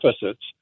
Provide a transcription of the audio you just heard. deficits